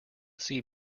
see